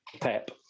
Pep